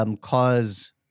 cause